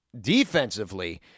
Defensively